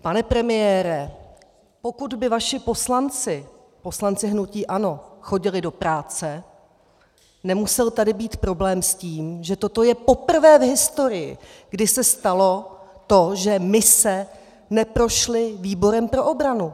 Pane premiére, pokud by vaši poslanci, poslanci hnutí ANO, chodili do práce, nemusel tady být problém s tím, že toto je poprvé v historii, kdy se stalo to, že mise neprošly výborem pro obranu!